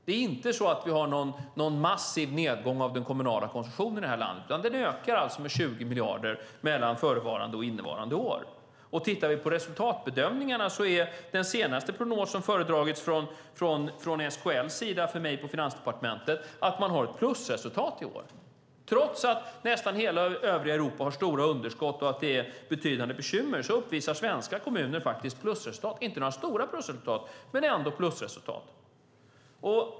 Det är inte så att vi har någon massiv nedgång av den kommunala konsumtionen i det här landet, utan den ökade alltså med 20 miljarder mellan föregående och innevarande år. Tittar vi på resultatbedömningarna ser vi att den senaste prognosen som föredragits från SKL:s sida för mig på Finansdepartementet visar att man har ett plusresultat i år. Trots att nästan hela övriga Europa har stora underskott och att det är ett betydande bekymmer uppvisar svenska kommuner faktiskt plusresultat. Det är inte några stora plusresultat, men det är ändå plusresultat.